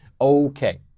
Okay